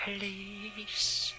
Please